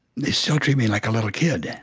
they still treat me like a little kid yeah